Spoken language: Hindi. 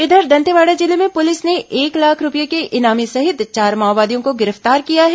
इधर दंतेवाड़ा जिले में पुलिस ने एक लाख रूपये के इनामी सहित चार माओवादियों को गिरफ्तार किया है